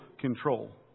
control